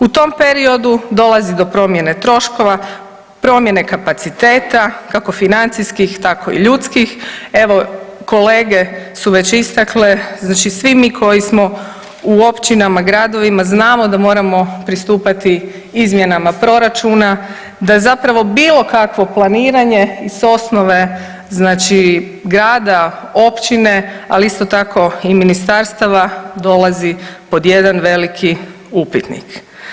U tom periodu dolazi do promjene troškova, promjene kapaciteta kako financijskih tako i ljudskih, evo kolege su već istakle, znači svi mi koji smo u općinama, gradovima znamo da moramo pristupati izmjenama proračuna da zapravo bilo kakvo planiranje i s osnove znači grada, općine ali isto tako i ministarstava dolazi pod jedan veliki upitnik.